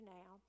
now